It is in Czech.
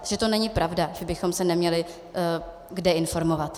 Čili to není pravda, že bychom se neměli kde informovat.